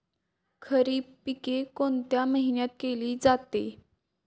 खरीप पिके कोणत्या महिन्यात केली जाते?